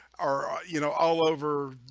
are you know all over?